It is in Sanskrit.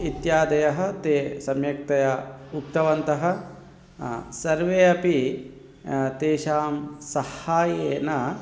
इत्यादयः ते सम्यक्तया उक्तवन्तः सर्वे अपि तेषां सह्हायेन